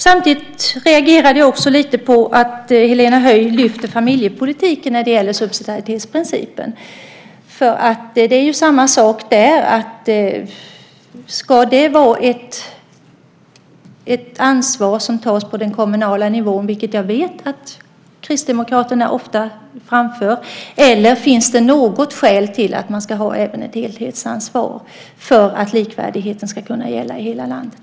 Jag reagerade också lite på att Helena Höij lyfter familjepolitiken när det gäller subsidiaritetsprincipen. Det är ju samma sak där. Ska det vara ett ansvar som tas på den kommunala nivån, vilket jag vet att Kristdemokraterna ofta framför, eller finns det något skäl till att man även ska ha ett helhetsansvar för att likvärdigheten ska kunna gälla i hela landet?